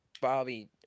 Bobby